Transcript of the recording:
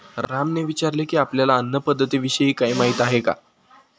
रामने विचारले की, आपल्याला अन्न पद्धतीविषयी काही माहित आहे का?